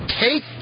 take